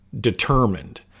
determined